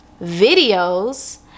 videos